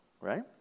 Right